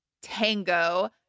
tango